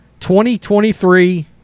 2023